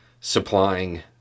supplying